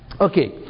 Okay